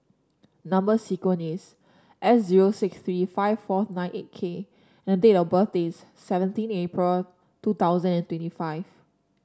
number sequence is S zero six three five four nine eight K and date of birth is seventeen April two thousand and twenty five